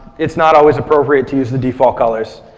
it's not always appropriate to use the default colors.